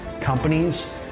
companies